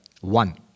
one